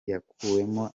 yakuwemo